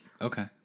okay